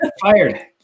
Fired